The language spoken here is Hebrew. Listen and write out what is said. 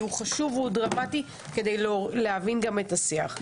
הוא חשוב והוא דרמטי להבנת השיח.